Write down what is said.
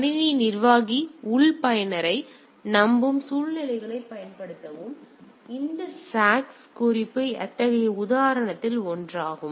கணினி நிர்வாகி உள் பயனரை நம்பும் சூழ்நிலைகளைப் பயன்படுத்தவும் எனவே இந்த சாக்ஸ் தொகுப்பு அத்தகைய உதாரணங்களில் ஒன்றாகும்